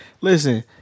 Listen